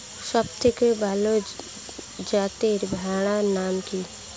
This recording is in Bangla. সবথেকে ভালো যাতে ভেড়ার নাম কি?